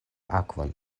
akvon